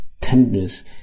Tenderness